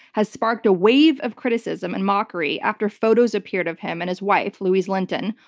has sparked a wave of criticism and mockery after photos appeared of him and his wife, louise linton,